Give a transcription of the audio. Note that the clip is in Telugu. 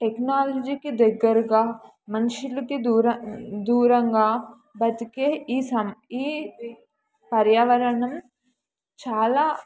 టెక్నాలజీకి దగ్గరగా మనుషులకి దూర దూరంగా బతికే ఈ సం ఈ పర్యావరణం చాలా